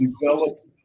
developed